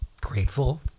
grateful